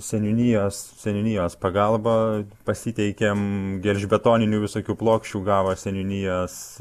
seniūnijos seniūnijos pagalba pasiteikėm gelžbetoninių visokių plokščių gavo seniūnijos